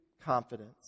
confidence